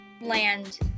land